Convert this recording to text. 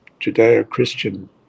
Judeo-Christian